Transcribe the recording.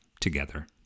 together